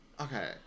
Okay